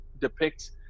depicts